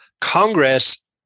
Congress